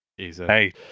Hey